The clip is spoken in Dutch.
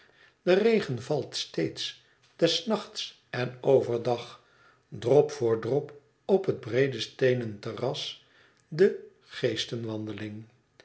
de regen valt steeds des nachts en over dag drop voor drop op het breede steenen terras de